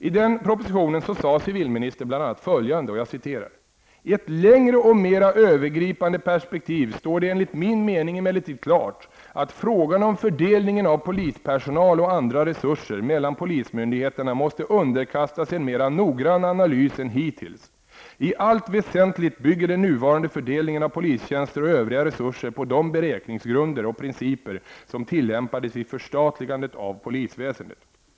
I denna proposition säger civilministern bl.a. följande: ''I ett längre och mera övergripande perspektiv står det enligt min mening emellertid klart att frågan om fördelningen av polispersonal och andra resurser mellan polismyndigheterna måste underkastas en mera noggrann analys än hittills. I allt väsentligt bygger den nuvarande fördelningen av polistjänster och övriga resurser på de beräkningsgrunder och principer som tillämpades vid förstatligandet av polisväsendet.''